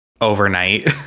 overnight